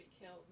killed